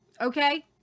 Okay